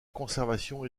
conservation